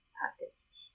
package